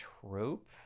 trope